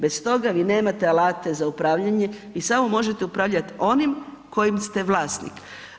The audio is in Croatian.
Bez toga vi nemate alata za upravljanje, vi samo možete upravljati onim kojim ste vlasnik.